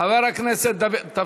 חבר הכנסת דוד ביטן,